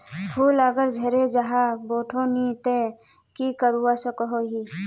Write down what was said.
फूल अगर झरे जहा बोठो नी ते की करवा सकोहो ही?